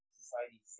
society